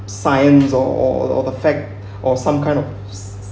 science or or or or the fact or some kind of